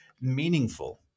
meaningful